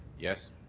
yes.